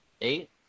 Eight